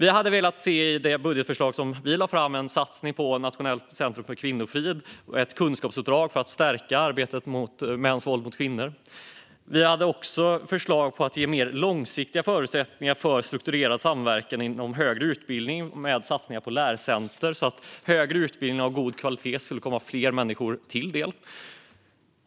I det budgetförslag som vi lade fram fanns en satsning på ett nationellt centrum för kvinnofrid och ett kunskapsuppdrag för att stärka arbetet mot mäns våld mot kvinnor. Vi hade också förslag på att ge mer långsiktiga förutsättningar för strukturerad samverkan inom högre utbildning med satsningar på lärcentrum så att högre utbildning av god kvalitet ska kunna komma fler människor till del.